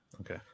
Okay